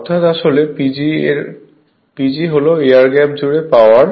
অর্থাৎ আসলে PG হল এয়ার গ্যাপ জুড়ে পাওয়ার